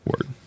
Word